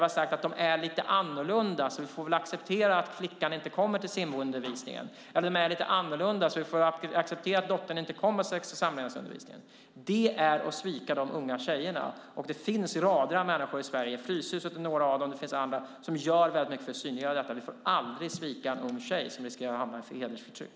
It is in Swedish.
Vi har sagt att de är lite annorlunda och därför får vi väl acceptera att flickan inte kommer till simundervisningen eller till sex och samlevnadsundervisningen. Det är att svika de unga tjejerna. Det finns rader av människor i Sverige, på Fryshuset och på andra ställen, som gör mycket för att synliggöra detta. Vi får aldrig svika en ung tjej som riskerar att utsättas för hedersförtryck.